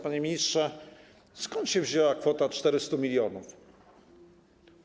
Panie ministrze, skąd się wzięła kwota 400 mln zł?